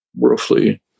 Roughly